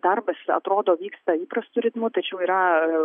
darbas atrodo vyksta įprastu ritmu tačiau yra